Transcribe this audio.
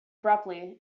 abruptly